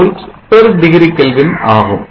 1 mV degree kelvin ஆகும்